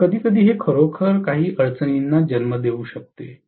तर कधीकधी हे खरोखर काही अडचणींना जन्म देऊ शकते